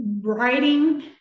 writing